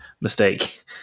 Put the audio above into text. Mistake